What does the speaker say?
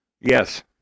Yes